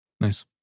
Nice